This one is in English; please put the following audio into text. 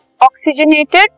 oxygenated